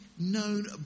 known